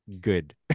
good